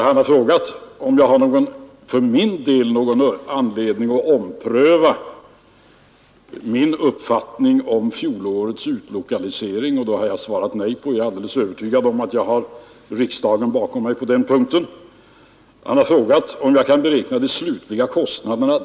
Han har frågat om jag för min del har någon anledning att ompröva min uppfattning om fjolårets utlokalisering, och det har jag svarat nej på. Jag är alldeles övertygad om att jag har riksdagen bakom mig på den punkten. Han har frågat om jag kan beräkna de slutliga kostnaderna.